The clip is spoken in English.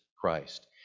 Christ